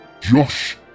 Josh